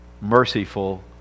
merciful